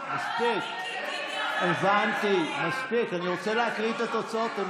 אני רוצה להקריא את התוצאות.